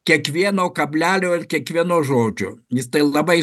kiekvieno kablelio ar kiekvieno žodžio jis tai labai